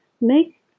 make